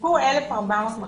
חילקו 1,400 מחשבים.